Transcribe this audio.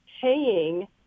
paying